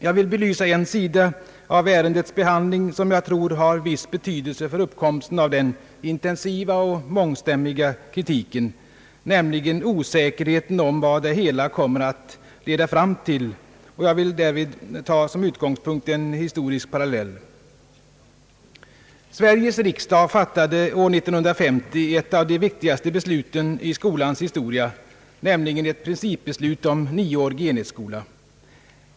Jag vill belysa en speciell sida av ärendets behandling eftersom jag tror, att den har viss betydelse för uppkomsten av den intensiva och mångstämmiga kritiken, nämligen osäkerheten om vad det hela kommer att leda fram till. Jag vill därvid ta till utgångspunkt en historisk parallell. Sveriges riksdag fattade år 1950 ett av de viktigaste besluten i skolans historia, nämligen ett principbeslut om nioårig enhetsskola.